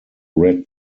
red